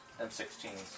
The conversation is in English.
M16s